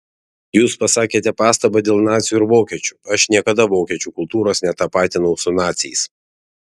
jūs pasakėte pastabą dėl nacių ir vokiečių aš niekada vokiečių kultūros netapatinau su naciais